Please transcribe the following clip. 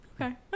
Okay